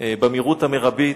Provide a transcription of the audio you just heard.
במהירות המרבית